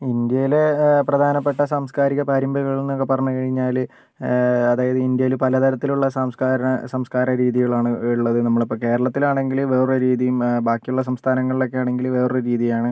ഇന്ത്യയിലെ പ്രധാനപ്പെട്ട സാംസ്കാരിക പാരമ്പര്യങ്ങളും എന്നൊക്കെ പറഞ്ഞ് കഴിഞ്ഞാല് അതായത് ഇന്ത്യയില് പലതരത്തിലുള്ള സാംസ്കാര സംസ്കാര രീതികളാണ് ഉള്ളത് നമ്മളിപ്പോൾ കേരളത്തിലാണെങ്കില് വേറൊരു രീതിയും ബാക്കിയുള്ള സംസ്ഥാനങ്ങളിലൊക്കെ ആണെങ്കില് വേറൊരു രീതിയാണ്